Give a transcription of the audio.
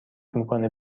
میکنه